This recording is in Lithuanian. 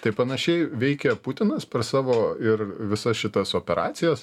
tai panašiai veikia putinas per savo ir visas šitas operacijas